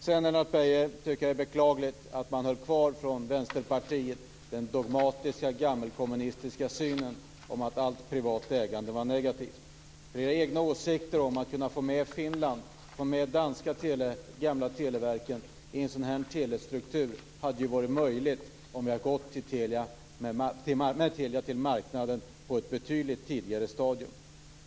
Sedan, Lennart Beijer, tycker jag att det är beklagligt att man i Vänsterpartiet har kvar den dogmatiska gammelkommunistiska synen om att allt privat ägande var negativt. Era egna åsikter om att kunna få med Finland och det gamla danska televerket i en sådan telestruktur hade ju varit möjligt om vi hade gått med Telia till marknaden på ett betydligt tidigare stadium.